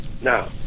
now